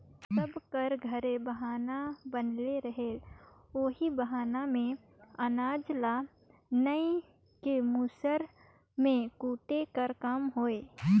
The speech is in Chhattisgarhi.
सब कर घरे बहना बनले रहें ओही बहना मे अनाज ल नाए के मूसर मे कूटे कर काम होए